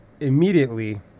immediately